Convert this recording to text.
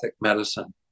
medicine